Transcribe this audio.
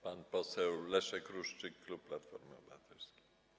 Pan poseł Leszek Ruszczyk, klub Platforma Obywatelska.